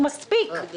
הוא מספיק.